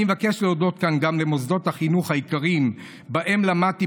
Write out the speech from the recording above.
אני מבקש להודות כאן גם למוסדות החינוך העיקריים שבהם למדתי